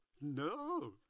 No